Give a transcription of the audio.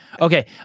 Okay